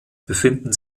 befinden